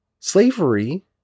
Slavery